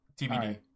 TBD